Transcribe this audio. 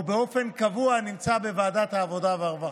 או באופן קבוע, נמצא בוועדת העבודה והרווחה.